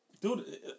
Dude